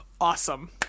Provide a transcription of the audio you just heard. Awesome